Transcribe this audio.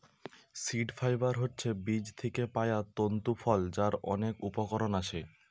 seed fibre হচ্ছে বীজ থিকে পায়া তন্তু ফল যার অনেক উপকরণ আছে